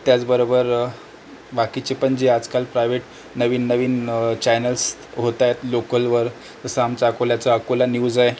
त्याचबरोबर बाकीचे पण जे आजकाल प्रायव्हेट नवीन नवीन चॅनल्स होत आहेत लोकलवर जसं आमच्या अकोल्याचा अकोला न्यूज आहे